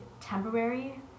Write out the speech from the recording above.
temporary